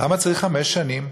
למה צריך חמש שנים?